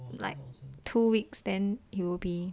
like two weeks then you'll be